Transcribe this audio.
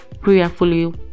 prayerfully